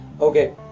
okay